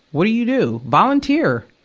what do you do? volunteer!